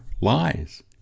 lies